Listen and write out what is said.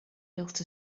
built